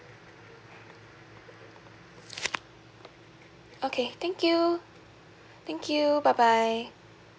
okay thank you thank you bye bye